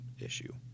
issue